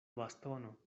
bastono